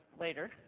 later